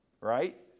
right